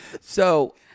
So-